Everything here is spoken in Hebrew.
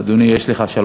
לך.